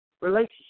relationship